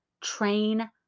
train